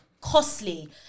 costly